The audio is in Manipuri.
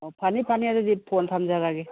ꯑꯣ ꯐꯅꯤ ꯐꯅꯤ ꯑꯗꯨꯗꯤ ꯐꯣꯟ ꯊꯝꯖꯔꯒꯦ